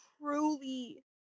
truly